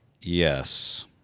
Yes